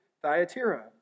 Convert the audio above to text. Thyatira